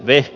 west